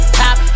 top